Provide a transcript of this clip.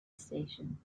station